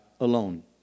alone